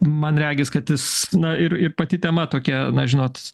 man regis kad jis na ir ir pati tema tokia na žinot